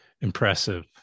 impressive